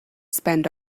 spend